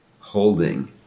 holding